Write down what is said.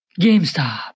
GameStop